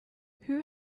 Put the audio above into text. who